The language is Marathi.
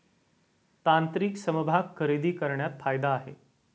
तांत्रिक समभाग खरेदी करण्यात फायदा आहे